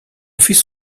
fils